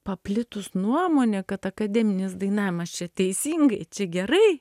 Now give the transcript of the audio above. paplitus nuomonė kad akademinis dainavimas čia teisingai čia gerai